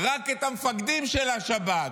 רק את המפקדים של השב"כ.